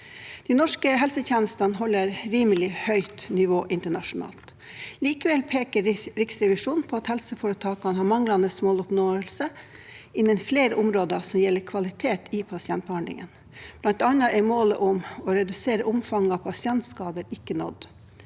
De norske helsetjenestene holder rimelig høyt nivå internasjonalt. Likevel peker Riksrevisjonen på at helseforetakene har manglende måloppnåelse innen flere områder som gjelder kvalitet i pasientbehandlingen. Blant annet er målet om å redusere omfanget av pasientskader ikke nådd.